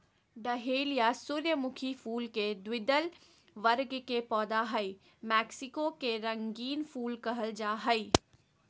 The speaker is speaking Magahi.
डहेलिया सूर्यमुखी फुल के द्विदल वर्ग के पौधा हई मैक्सिको के रंगीन फूल कहल जा हई